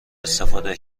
استفاده